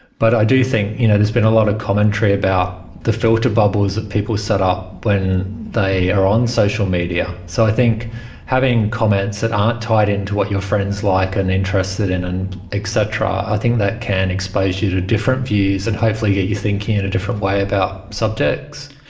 but i do think you know there's been a lot of commentary about the filter bubbles that people set up when they are on social media. so i think having comments that aren't tied in to what your friends like and interested in and et cetera, i think that can expose you to different views and hopefully get you thinking in a different way about subjects.